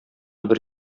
бер